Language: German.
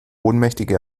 ohnmächtige